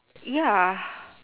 ya